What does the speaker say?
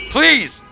Please